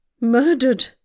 Murdered